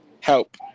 help